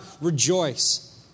rejoice